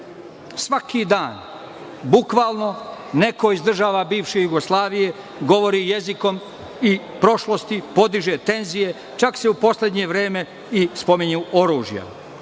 svaki dan bukvalno neko iz država iz bivše Jugoslavije, govori jezikom i prošlosti podiže tenzije, čak se u poslednje vreme i spominju oružja. Postala